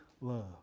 love